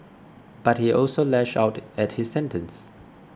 but he also lashed out at his sentence